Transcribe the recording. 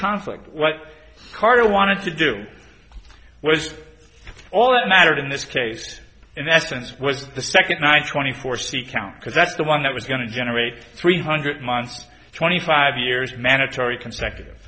conflict what carter wanted to do was all that mattered in this case in that sense was the second night twenty four c count because that's the one that was going to generate three hundred months twenty five years mandatory consecutive